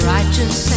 Righteous